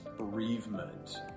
bereavement